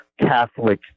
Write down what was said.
catholic